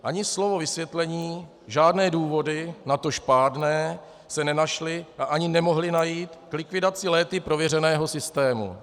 Ani slovo vysvětlení, žádné důvody, natož pádné, se nenašly a ani nemohly najít k likvidaci léty prověřeného systému.